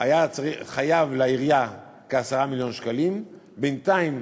חייב לעירייה כ-10 מיליון שקלים, בינתיים